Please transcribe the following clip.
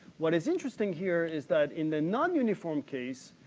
what is interesting here is that in the non-uniform case,